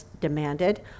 demanded